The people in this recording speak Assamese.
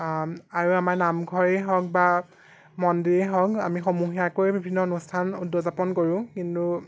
আৰু আমাৰ নামঘৰেই হওক বা মন্দিৰেই হওক আমি সমূহীয়াকৈ বিভিন্ন অনুষ্ঠান উদযাপন কৰোঁ কিন্তু